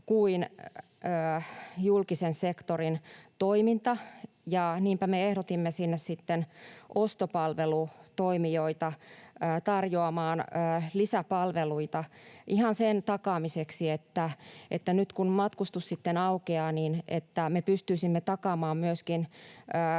kuin julkisen sektorin toiminta. Ja niinpä me ehdotimme sinne ostopalvelutoimijoita tarjoamaan lisäpalveluita ihan sen takaamiseksi, että nyt kun matkustus sitten aukeaa, niin me pystyisimme takaamaan myöskin